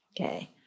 Okay